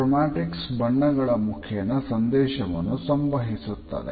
chromatics ಬಣ್ಣಗಳ ಮುಖೇನ ಸಂದೇಶವನ್ನು ಸಂವಹಿಸುತ್ತದೆ